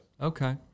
Okay